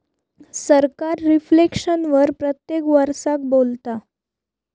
सरकार रिफ्लेक्शन वर प्रत्येक वरसाक बोलता